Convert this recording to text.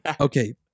Okay